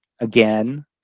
again